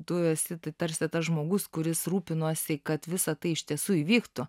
tu esi tarsi tas žmogus kuris rūpinosi kad visa tai iš tiesų įvyktų